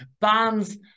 bands